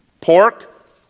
pork